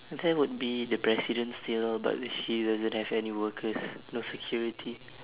there would be the president still but he doesn't have any workers no security